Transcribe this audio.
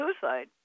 suicide